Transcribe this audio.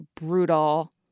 brutal